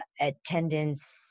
attendance